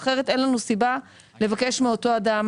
אחרת אין לנו סיבה לבקש מאותו אדם